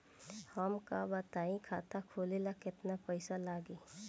हमका बताई खाता खोले ला केतना पईसा लागी?